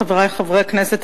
חברי חברי הכנסת,